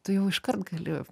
tu jau iškart gali